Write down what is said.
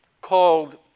called